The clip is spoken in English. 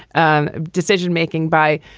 and decision making by